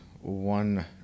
one